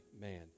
man